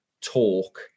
talk